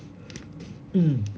mm